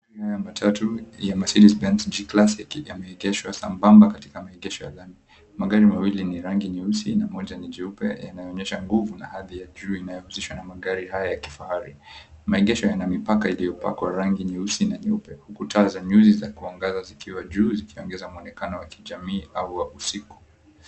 Haya matatu ya Mercedez Benz G-Class yameegeshwa sambamba katika maegesho ya gari. Magari mawili ni rangi nyeusi na moja ni jeupe, yanayoonyesha nguvu na hadhi ya juu inayohusishwa na magari haya ya kifahari. Maegesho yana mipaka iliyopakwa rangi nyeusi na nyeupe huku taa za nyuzi za kuangaza zikiwa juu zikiongeza muonekano wa kijamii au usiku.